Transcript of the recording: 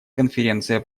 конференция